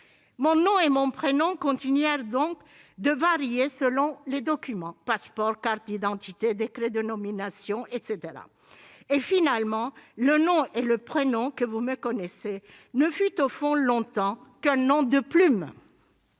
Mon nom et mon prénom continuèrent donc de varier selon les documents : passeport, carte d'identité, décrets de nomination, etc. Finalement, l'identité sous laquelle vous me connaissez ne fut longtemps qu'un nom de plume.